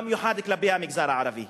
במיוחד כלפי המגזר הערבי.